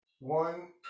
one